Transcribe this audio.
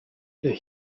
the